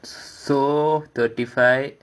so thirty five